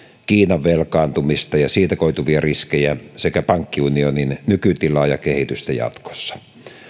kiinan velkaantumista ja siitä koituvia riskejä sekä pankkiunionin nykytilaa ja kehitystä jatkossa